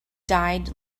died